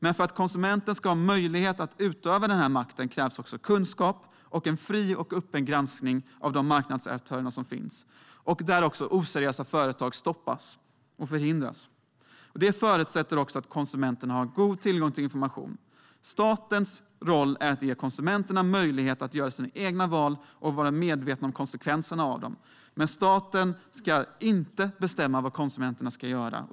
Men för att konsumenten ska ha möjlighet att utöva denna makt krävs också kunskap och en fri och öppen granskning av de marknadsaktörer som finns, där också oseriösa företag stoppas och förhindras. Det förutsätter att konsumenterna har god tillgång till information. Statens roll är att ge konsumenterna möjlighet att göra sina egna val och vara medvetna om konsekvenserna av dem. Men staten ska inte bestämma vad konsumenterna ska göra.